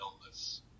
illness